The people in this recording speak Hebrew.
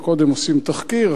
קודם עושים תחקיר,